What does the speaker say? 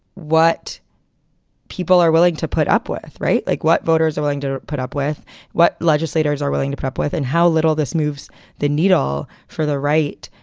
what people are willing to put up with. right. like what voters are willing to put up with what legislators are willing to put up with and how little this moves the needle for the right,